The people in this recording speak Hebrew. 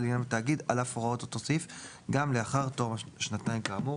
עניין בתאגיד על אף הוראות אותו סעיף גם לאחר תום שנתיים כאמור.